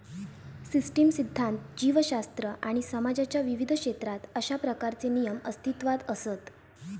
system सिध्दांत, जीवशास्त्र आणि समाजाच्या विविध क्षेत्रात अशा प्रकारचे नियम अस्तित्वात असत